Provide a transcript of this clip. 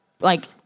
like-